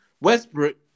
Westbrook